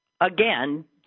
again